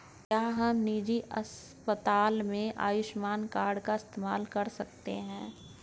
क्या हम निजी अस्पताल में आयुष्मान कार्ड का इस्तेमाल कर सकते हैं?